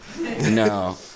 No